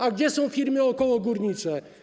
A gdzie są firmy okołogórnicze?